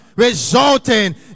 resulting